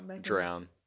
drown